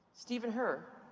stephen herr.